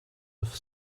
have